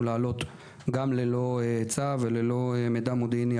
לעלות על כלי שיט גם ללא צו וללא מידע מודיעיני,